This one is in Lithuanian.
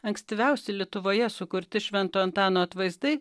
ankstyviausi lietuvoje sukurti švento antano atvaizdai